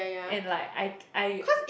and like I I